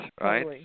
right